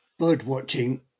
birdwatching